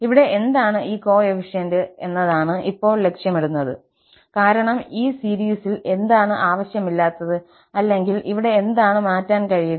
ഇവിടെ എന്താണ് ഈ കോഎഫിഷ്യന്റ് എന്നതാണ് ഇപ്പോൾ ലക്ഷ്യമിടുന്നത് കാരണം ഈ സീരീസിൽ എന്താണ് ആവശ്യമില്ലാത്തത് അല്ലെങ്കിൽ ഇവിടെ എന്താണ് മാറ്റാൻ കഴിയുക